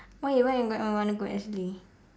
why why where you wanna go actually